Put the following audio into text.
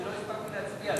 אני לא הספקתי להצביע.